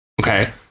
okay